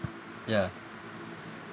ya